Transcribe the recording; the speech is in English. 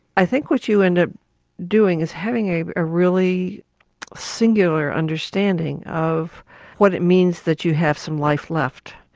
i think what you end up doing is having a ah really singular understanding of what it means that you have some life left,